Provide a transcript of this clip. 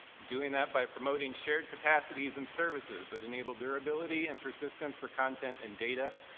doing that by promoting shared capacities and services that enable durability and persistence for content and data,